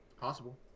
Possible